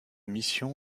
mission